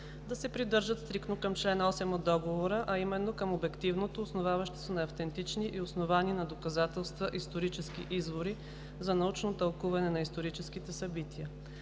да се придържат стриктно към чл. 8 от Договора, а именно към „обективното, основаващо се на автентични и основани на доказателства исторически извори за научно тълкуване на историческите събития“;